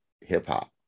hip-hop